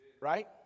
Right